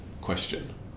question